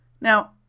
Now